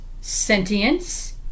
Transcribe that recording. sentience